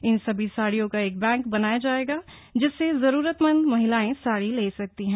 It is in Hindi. इन सभी साड़ियों का एक बैंक बनाया जायेगा जिससे जरूरतमंद महिलाएं साड़ी ले सकती हैं